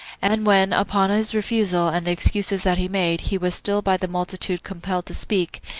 and when, upon his refusal, and the excuses that he made, he was still by the multitude compelled to speak,